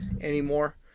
anymore